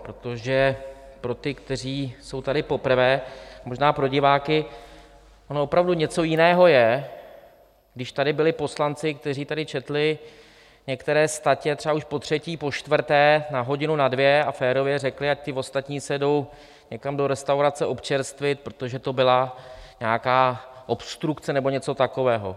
Protože pro ty, kteří jsou tady poprvé, možná i pro diváky, ono opravdu něco jiného je, když tady byli poslanci, kteří tady četli některé statě třeba už potřetí, počtvrté na hodinu, na dvě, a férově řekli, ať ti ostatní se jdou někam do restaurace občerstvit, protože to byla nějaká obstrukce nebo něco takového.